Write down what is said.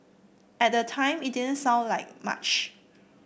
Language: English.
at the time it didn't sound like much